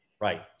right